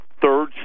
Third